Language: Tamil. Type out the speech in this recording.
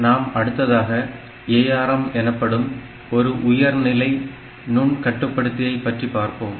நாம் அடுத்ததாக ARM எனப்படும் ஒரு உயர்நிலை நுண் கட்டுப்படுத்தியை பற்றி பார்ப்போம்